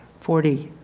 forty,